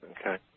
Okay